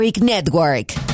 Network